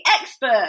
expert